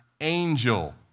angel